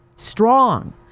strong